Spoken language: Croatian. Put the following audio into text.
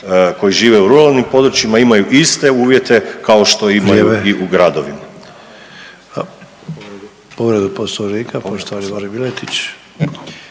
koji žive u ruralnim područjima imaju iste uvjete kao što imaju …/Upadica: